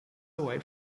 away